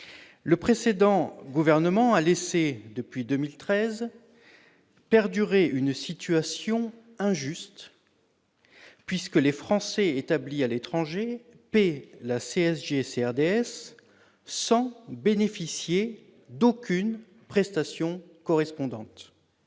Le précédent gouvernement a laissé perdurer, à partir de 2013, une situation injuste, puisque les Français établis à l'étranger paient la CSG et la CRDS sans bénéficier des prestations correspondantes,